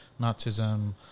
Nazism